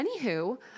anywho